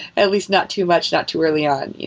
at least not too much, not too early on.